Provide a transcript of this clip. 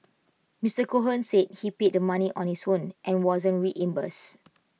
Mister Cohen says he paid the money on his own and wasn't reimbursed